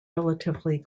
relatively